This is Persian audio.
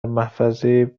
محفظه